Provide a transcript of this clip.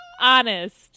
Honest